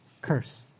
curse